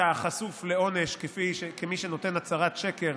אתה חשוף לעונש כמי שנותן הצהרת שקר